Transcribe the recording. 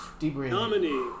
nominee